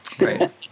Right